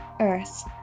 Earth